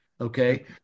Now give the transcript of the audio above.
Okay